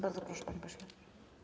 Bardzo proszę, panie pośle.